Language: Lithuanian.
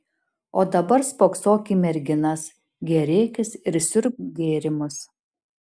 o dabar spoksok į merginas gėrėkis ir siurbk gėrimus